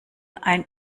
ein